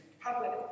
public